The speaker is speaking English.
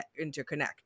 interconnect